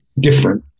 different